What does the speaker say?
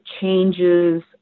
changes